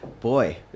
boy